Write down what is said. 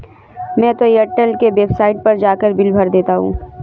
मैं तो एयरटेल के वेबसाइट पर जाकर बिल भर देता हूं